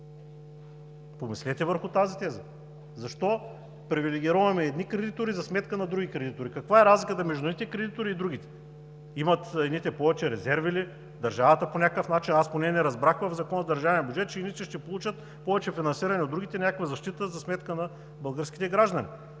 помислете върху тази теза! Защо привилегироваме едни кредитори за сметка на други кредитори? Каква е разликата между едните кредитори и другите? Едните имат повече резерви ли? Държавата по някакъв начин – аз поне не разбрах в Закона за държавния бюджет, че едните ще получат повече финансиране от другите, някаква защита за сметка на българските граждани?!